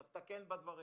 צריך לטפל בדברים,